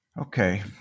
okay